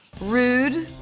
rude,